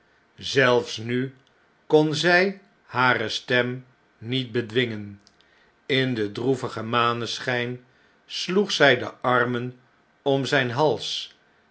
zelfs nu kon zij hare stem niet bedwingen in den droevigen maneschp sloeg zy de armen om zp hals